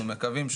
אנחנו מקווים,